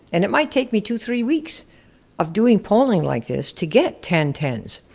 and it might take me two, three weeks of doing polling like this, to get ten ten s.